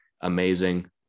amazing